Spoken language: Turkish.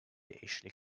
eşlik